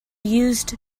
used